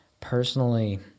personally